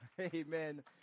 amen